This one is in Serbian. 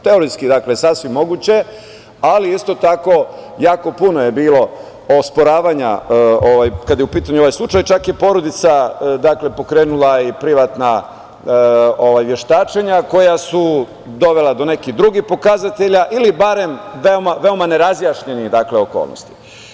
Teoretski sasvim moguće, ali isto tako jako puno je bilo osporavanja kada je u pitanju ovaj slučaj, čak je i porodica pokrenula i privatna veštačenja koja su dovela do neki drugih pokazatelja ili barem veoma nerazjašnjene okolnosti.